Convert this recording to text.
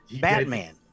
Batman